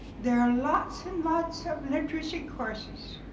there are lots and lots of literacy courses,